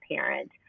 parent